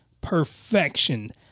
perfection